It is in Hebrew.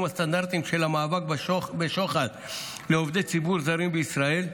הסטנדרטים של המאבק בשוחד לעובדי ציבור זרים בישראל,